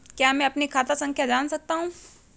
क्या मैं अपनी खाता संख्या जान सकता हूँ?